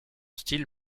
style